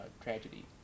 tragedy